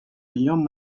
beyond